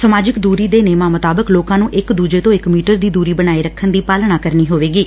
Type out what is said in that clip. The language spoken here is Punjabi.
ਸਮਾਜਿਕ ਦੁਰੀ ਦੇ ਨੇਮਾਂ ਮੁਤਾਬਿਕ ਲੋਕਾਂ ਨੂੰ ਇਕ ਦੂਜੇ ਤੋਂ ਇਕ ਮੀਟਰ ਦੀ ਦੂਰੀ ਬਣਾਏ ਰੱਖਣ ਦੀ ਪਾਲਣਾ ਕਰਨੀ ਹੋਵੇਗੀ